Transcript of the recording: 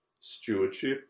Stewardship